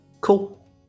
Cool